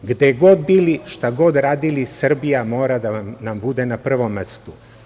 Gde god bili, šta god radili Srbija mora da nam bude na prvom mestu.